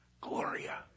Gloria